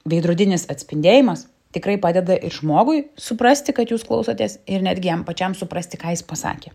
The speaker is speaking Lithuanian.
veidrodinis atspindėjimas tikrai padeda ir žmogui suprasti kad jūs klausotės ir netgi jam pačiam suprasti ką jis pasakė